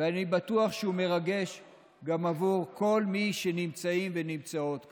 ואני בטוח שהוא מרגש גם עבור כל מי שנמצאים ונמצאות כאן.